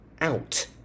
out